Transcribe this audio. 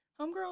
Homegirl